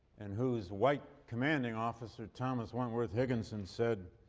and whose white commanding officer, thomas wentworth higginson said,